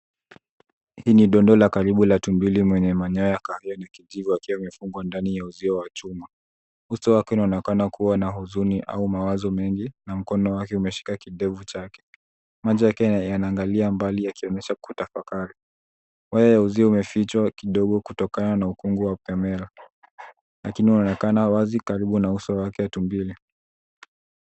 Hii ni dondoo la karibu la tumbili mwenye manyoya ya kahawia na kijivu akiwa amefungwa ndani ya uzio wa chuma. Uso wake unaonekana kuwa na huzuni au mawazo mengi na mkono wake umeshika kidevu chake. Macho yake yanaangalia mbali akionyesha kutafakari. Waya wa uzio umefichwa kutokana na ukungu wa kamera lakini unaonekana wazi karibu na uso wake tumbili.